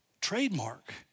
trademark